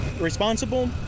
responsible